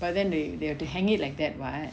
but then they they have it hanging like that [what]